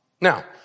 Now